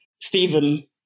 Stephen